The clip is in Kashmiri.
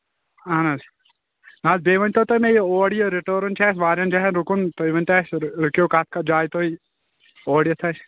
اَہَن حظ نہ حظ بیٚیہِ ؤنۍتَو مےٚ اورٕ یہِ رِٹٲرٕن چھا اَسہِ واریاہن جاین رُکُن تُہۍ ؤنۍتَو اَسہِ رُکِو کتھ کتھ جایہِ تُہۍ اوڑٕ یتھ اَسہِ